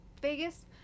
Vegas